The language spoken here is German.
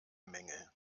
menge